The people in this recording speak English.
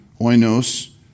oinos